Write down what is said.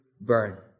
burn